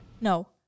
No